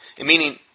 Meaning